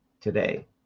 today